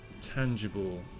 tangible